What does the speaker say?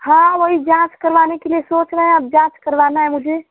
हाँ वही जाँच करवाने के लिए सोच रहें हैं अब जाँच करवाना है मुझे